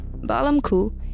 Balamku